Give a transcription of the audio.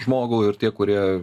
žmogų ir tie kurie